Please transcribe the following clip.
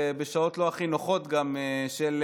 בשעות לא הכי נוחות של עבודה,